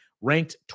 ranked